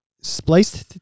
spliced